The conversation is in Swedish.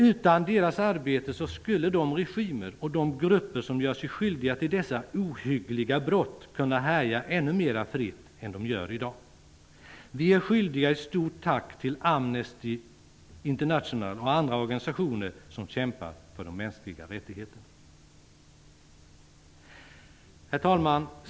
Utan deras arbete skulle de regimer och de grupper som gör sig skyldiga till dessa ohyggliga brott kunna härja ännu mera fritt än de gör i dag. Vi är skyldiga ett stort tack till Amnesty International och andra organisationer som kämpar för de mänskliga rättigheterna. Herr talman!